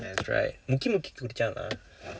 that's right முக்கி முக்கி குடித்தான்:mukki mukki kudiththaan lah